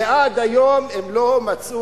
ועד היום הם לא מצאו,